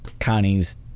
connie's